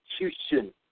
execution